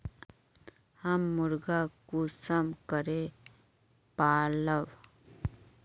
हम मुर्गा कुंसम करे पालव?